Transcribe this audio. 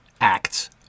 acts